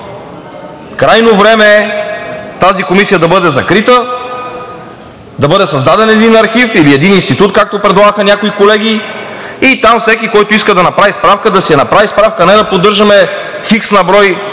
Крайно време е тази Комисия да бъде закрита, да бъде създаден един архив или един институт, както предлагаха някои колеги, и там всеки, който иска да направи справка, да си направи справка, а не да поддържаме n на брой